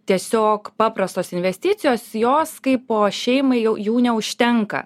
tiesiog paprastos investicijos jos kai po šeimai jau jų neužtenka